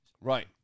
Right